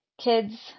kids